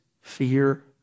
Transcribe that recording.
fear